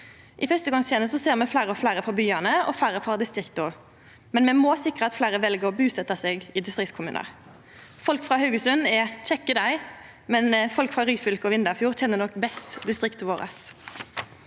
I førstegongstenesta ser me fleire og fleire frå byane og færre frå distrikta, men me må sikra at fleire vel å busetja seg i distriktskommunar. Folk frå Haugesund er kjekke, dei, men folk frå Ryfylke og Vindafjord kjenner nok distriktet vårt